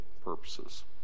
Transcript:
purposes